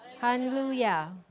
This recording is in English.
Hallelujah